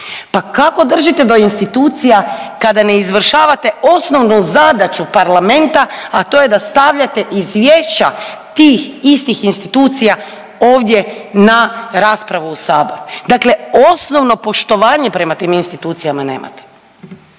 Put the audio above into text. Pa kako držite do institucija kada ne izvršavate osnovnu zadaću Parlamenta, a to je da stavljate izvješća tih istih institucija ovdje na raspravu u Sabor, dakle osnovno poštovanje prema tim institucijama nemate